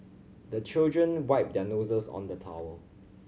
the children wipe their noses on the towel